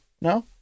No